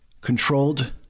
controlled